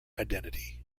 identity